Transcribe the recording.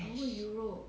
!hais!